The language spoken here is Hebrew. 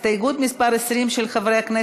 הסתייגות מס' 20,